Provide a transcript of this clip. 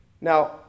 Now